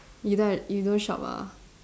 you don't you don't shop ah